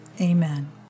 Amen